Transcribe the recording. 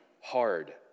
Hard